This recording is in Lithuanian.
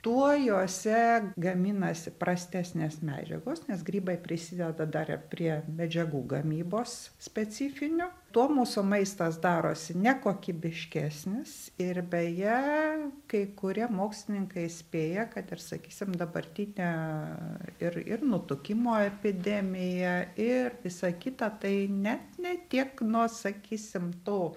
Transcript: tuo juose gaminasi prastesnės medžiagos nes grybai prisideda dar ir prie medžiagų gamybos specifinių tuo mūsų maistas darosi nekokybiškesnis ir beje kai kurie mokslininkai spėja kad ir sakysim dabartinė ir ir nutukimo epidemija ir visa kita tai net ne tiek nuo sakysim to